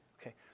okay